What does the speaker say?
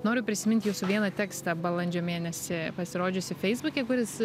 noriu prisiminti jūsų vieną tekstą balandžio mėnesį pasirodžiusį feisbuke kuris